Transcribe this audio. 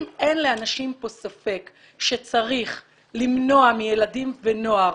אם אין לאנשים פה ספק שצריך למנוע מילדים ונוער